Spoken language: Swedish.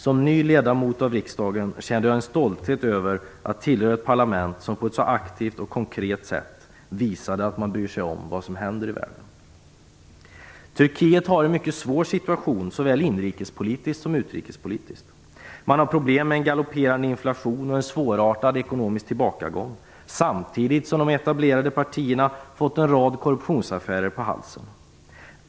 Som ny ledamot av riksdagen kände jag en stolthet över att tillhöra ett parlament som på ett så aktivt och konkret sätt visade att man bryr sig om vad som händer i världen. Turkiet har en mycket svår situation såväl inrikespolitiskt som utrikespolitiskt. Man har problem med en galopperande inflation och en svårartad ekonomisk tillbakagång samtidigt som de etablerade partierna fått en rad korruptionsaffärer på halsen.